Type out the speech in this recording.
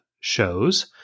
shows